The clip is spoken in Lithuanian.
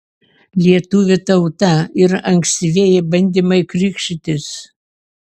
lietuvių tauta ir ankstyvieji bandymai krikštytis